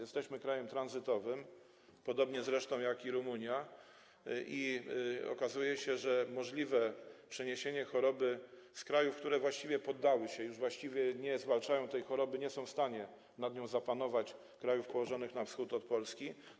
Jesteśmy krajem tranzytowym, podobnie zresztą jak Rumunia, i okazuje się, że możliwe jest przeniesienie choroby z krajów, które właściwie się poddały, już właściwie nie zwalczają tej choroby, nie są w stanie nad nią zapanować, krajów położonych na wschód od Polski.